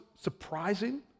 surprising